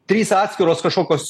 trys atskiros kažkokios